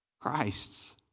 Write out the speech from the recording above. Christ's